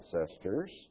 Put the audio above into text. ancestors